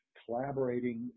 collaborating